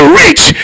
reach